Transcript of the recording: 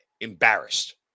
embarrassed